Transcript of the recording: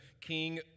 king